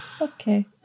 Okay